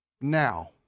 Now